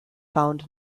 found